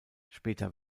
später